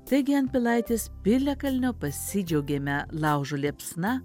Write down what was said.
taigi ant pilaitės piliakalnio pasidžiaugėme laužo liepsna